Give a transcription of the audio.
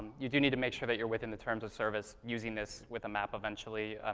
you do need to make sure that you're within the terms of service, using this with a map eventually.